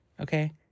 okay